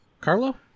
Carlo